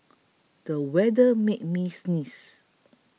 the weather made me sneeze